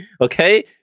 Okay